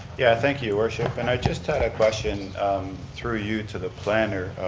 yeah, thank you, worship, and i just had a question through you to the planner.